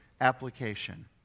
application